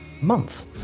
month